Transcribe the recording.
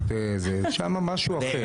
שם משהו אחר.